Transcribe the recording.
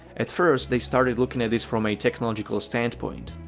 at first they started looking at this from a technological standpoint.